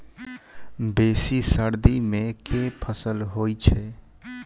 बेसी सर्दी मे केँ फसल होइ छै?